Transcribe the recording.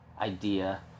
idea